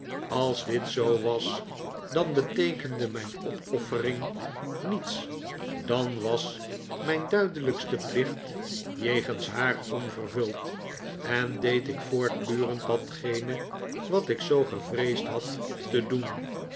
als dit zoo was dan beteekende mijn opoffering niets dan was mijn duidelijkste plicht jegens haar onvervuld en deed ik voortdurend datgene wat ik zoo gevreesd had te doen